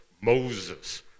Moses